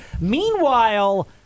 Meanwhile